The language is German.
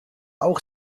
auch